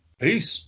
Peace